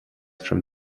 from